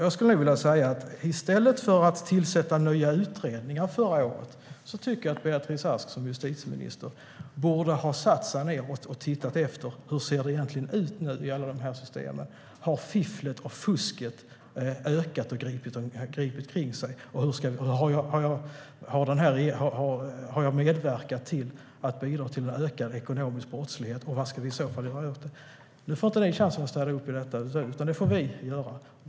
I stället för att förra året tillsätta nya utredningar tycker jag att Beatrice Ask som justitieminister borde ha satt sig ned och tittat på hur det egentligen ser ut i alla systemen, om fifflet och fusket ökat och gripit sig fast. Hon borde ha frågat sig om hon medverkat till att den ekonomiska brottsligheten ökat och vad man i så fall skulle ha gjort åt det. Nu får ni inte chansen att städa upp i det, Beatrice Ask, utan det får vi göra.